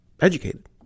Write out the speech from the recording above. educated